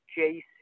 jc